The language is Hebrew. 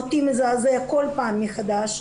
ואותי זה מזעזע כל פעם מחדש,